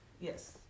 Yes